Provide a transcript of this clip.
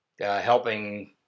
helping